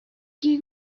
give